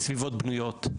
בסביבות בנויות.